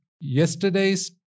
yesterday's